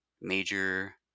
major